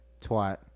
twat